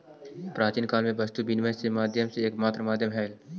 प्राचीन काल में वस्तु विनिमय से व्यापार के एकमात्र माध्यम हलइ